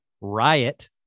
riot